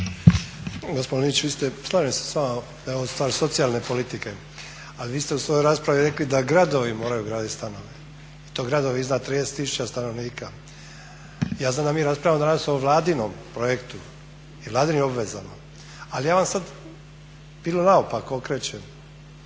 Gospodine Liniću, vi ste, slažem se s vama da je ovo stvar socijalne politike. Ali vi ste u svojoj raspravi rekli da gradovi moraju graditi stanove i to gradovi iznad 30 tisuća stanovnika. Ja znam da mi danas raspravljamo o vladinom projektu i vladinim obvezama. Ali ja vam sad pilu naopako okrećem.